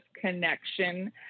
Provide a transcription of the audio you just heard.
connection